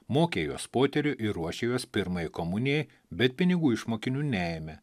mokė juos poterių ir ruošė juos pirmajai komunijai bet pinigų iš mokinių neėmė